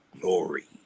glory